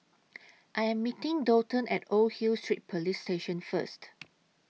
I Am meeting Daulton At Old Hill Street Police Station First